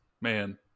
man